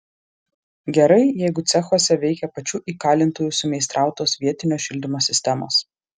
gerai jeigu cechuose veikia pačių įkalintųjų sumeistrautos vietinio šildymo sistemos